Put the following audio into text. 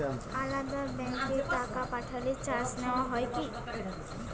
আলাদা ব্যাংকে টাকা পাঠালে চার্জ নেওয়া হয় কি?